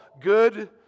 good